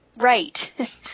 right